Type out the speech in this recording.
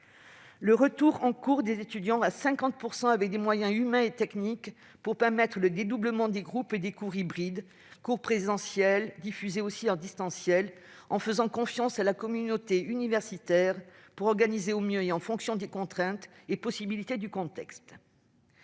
le retour en cours à 50 % des étudiants, avec des moyens humains et techniques pour permettre un dédoublement des groupes et des cours hybrides- cours présentiels diffusés aussi à distance -, en faisant confiance à la communauté universitaire pour s'organiser au mieux, en fonction des contraintes et des possibilités du contexte.